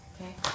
Okay